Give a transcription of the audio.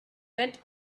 went